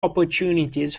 opportunities